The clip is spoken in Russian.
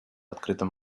открытом